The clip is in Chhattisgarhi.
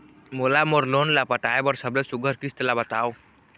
मोला मोर लोन ला पटाए बर सबले सुघ्घर किस्त ला बताव?